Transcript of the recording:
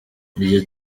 iryo